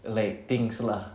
like things lah